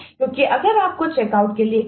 तो आपने कहा